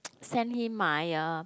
send him my uh